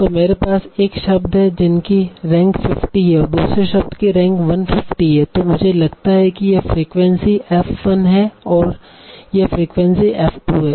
तो मेरे पास एक शब्द है जिसकी रैंक 50 है और दूसरे शब्द की रैंक 150 है और मुझे लगता है कि यह फ़्रिक्वेंसी f 1 है यह फ़्रीक्वेंसी f 2 है